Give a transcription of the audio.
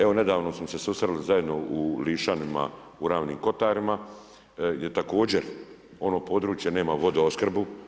Evo nedavno smo se susreli zajedno u Lišanima u Ravnim Kotarima, gdje također ono područje nema vodoopskrbu.